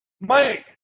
Mike